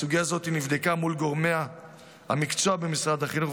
הסוגיה הזאת נבדקה מול גורמי המקצוע במשרד החינוך,